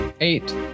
Eight